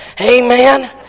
Amen